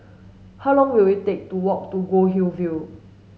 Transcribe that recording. how long will it take to walk to Goldhill View